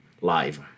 live